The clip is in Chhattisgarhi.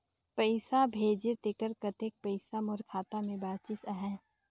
पइसा भेजे तेकर कतेक पइसा मोर खाता मे बाचिस आहाय?